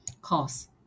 cause